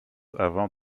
avant